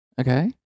Okay